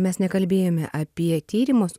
mes nekalbėjome apie tyrimus